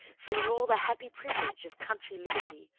feeling all the happy privilege of country liberty,